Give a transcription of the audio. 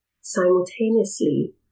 simultaneously